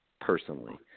personally